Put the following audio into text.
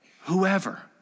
whoever